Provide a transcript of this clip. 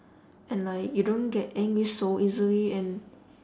and like you don't get angry so easily and